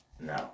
No